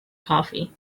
coffee